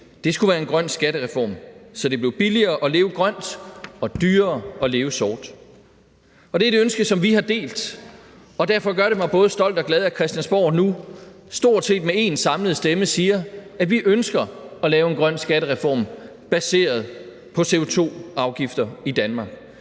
skulle være en grøn skattereform, så det blev billigere at leve grønt og dyrere at leve sort. Og det er et ønske, som vi har delt, og derfor gør det mig både stolt og glad, at Christiansborg nu stort set med én samlet stemme siger, at vi ønsker at lave en grøn skattereform baseret på CO2-afgifter i Danmark.